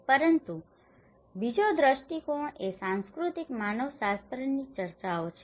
પરંતુ બીજો દ્રષ્ટિકોણ એ સાંસ્કૃતિક માનવશાસ્ત્રની ચર્ચાઓ છે